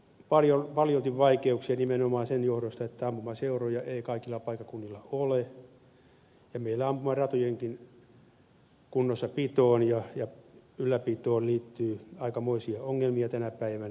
maaseudulla on paljolti vaikeuksia nimenomaan sen johdosta että ampumaseuroja ei kaikilla paikkakunnilla ole ja meillä ampumaratojenkin kunnossapitoon ja ylläpitoon liittyy aikamoisia ongelmia tänä päivänä